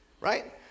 right